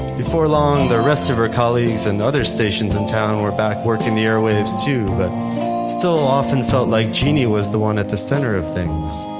before long, the rest of her colleagues and other stations in town were back working the airwaves too, but still it often felt like genie was the one at the center of things,